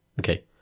okay